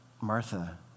Martha